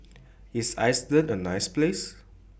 IS Iceland A nice Place